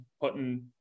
putting